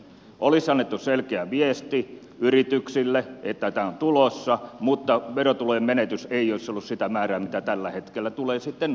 olisi annettu selkeä viesti yrityksille että tämä on tulossa mutta verotulojen menetys ei olisi ollut sitä määrää mitä tällä hetkellä tulee sitten olemaan